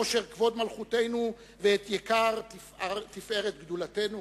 עושר כבוד מלכותנו ואת יקר תפארת גדולתנו?